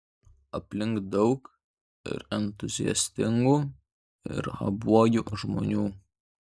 aplink daug ir entuziastingų ir abuojų žmonių